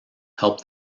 help